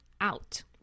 out